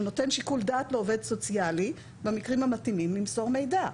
הוא נותן שיקול דעת לעובד סוציאלי במקרים המתאימים למסור מידע.